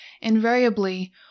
Invariably